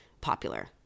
popular